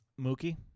Mookie